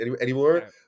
anymore